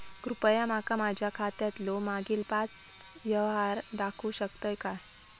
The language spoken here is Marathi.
कृपया माका माझ्या खात्यातलो मागील पाच यव्हहार दाखवु शकतय काय?